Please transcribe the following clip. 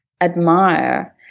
admire